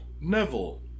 Neville